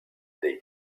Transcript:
they